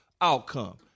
outcome